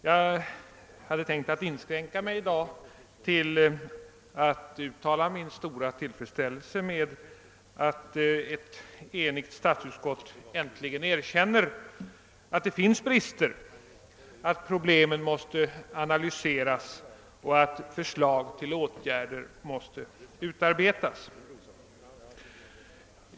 Jag hade tänkt att i dag inskränka mig till att uttala min stora tillfredsställelse över att ett enhälligt statsutskott äntligen erkänner att det finns brister, att problemen måste analyseras och att förslag till åtgärder måste utarbetas.